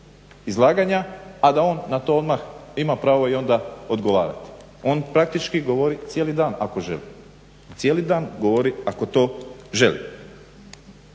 a da on na to odmah ima pravo onda i odgovarati. On praktički govori cijeli dan ako želi, cijeli dan govori ako to želi.